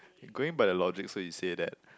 going by the logic so you say that